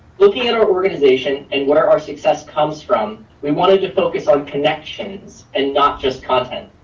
looking at our organization and where our success comes from, we wanted to focus on connections and not just content.